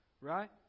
Right